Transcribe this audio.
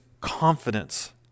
confidence